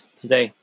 today